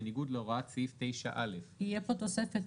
בניגוד להוראת סעיף 9א. יהיה פה תוספת,